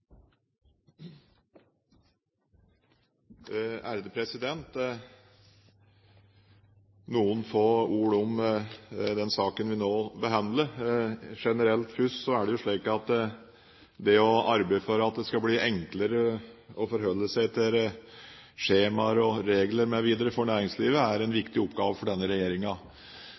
få ord om den saken vi nå behandler. Først: Det er generelt slik at det å arbeide for at det skal bli enklere å forholde seg til skjemaer og regler mv. for næringslivet, er en viktig oppgave for denne